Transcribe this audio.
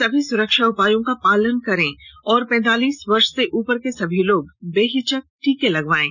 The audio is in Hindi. सभी सुरक्षा उपायों का पालन करें और पैंतालीस वर्ष से उपर के सभी लोग बेहिचक टीका लगवायें